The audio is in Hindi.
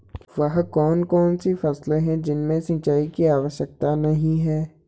वह कौन कौन सी फसलें हैं जिनमें सिंचाई की आवश्यकता नहीं है?